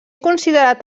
considerat